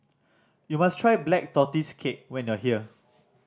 you must try Black Tortoise Cake when you are here